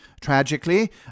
Tragically